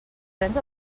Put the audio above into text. prens